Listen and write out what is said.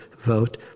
vote